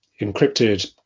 encrypted